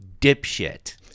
dipshit